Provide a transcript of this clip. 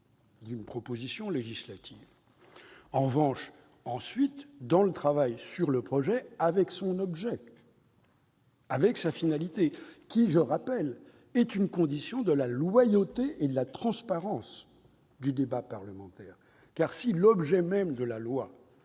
d'une proposition législative. En revanche, pour ce qui est du travail sur le projet, l'objet, la finalité sont, je le rappelle, une condition de la loyauté et de la transparence du débat parlementaire. Si l'objet même de la loi